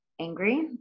angry